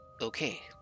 okay